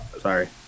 Sorry